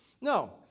No